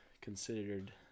considered